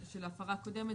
ההפרה הקודמת,